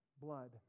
blood